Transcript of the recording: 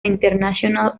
internacional